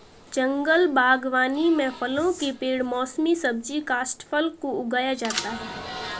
जंगल बागवानी में फलों के पेड़ मौसमी सब्जी काष्ठफल को उगाया जाता है